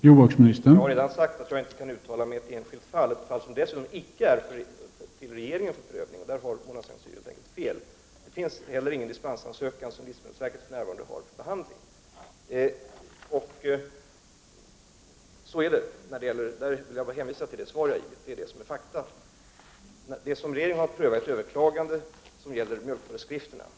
Herr talman! Jag har redan sagt att jag inte kan uttala mig i ett enskilt ärende, ett ärende som dessutom icke ligger hos regeringen för prövning. I detta fall har Mona Saint Cyr helt enkelt fel. Livsmedelsverket har inte heller någon dispensansökan för behandling. I detta sammanhang vill jag bara hänvisa till det svar som jag har givit, det är fakta. Det som regeringen har prövat är ett överklagande som gäller mjölkföreskrifterna.